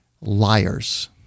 liars